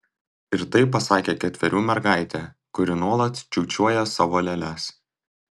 ir tai pasakė ketverių mergaitė kuri nuolat čiūčiuoja savo lėles